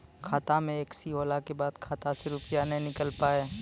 खाता मे एकशी होला के बाद खाता से रुपिया ने निकल पाए?